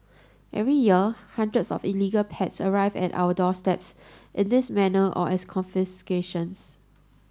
every year hundreds of illegal pets arrive at our doorsteps in this manner or as confiscations